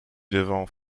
devons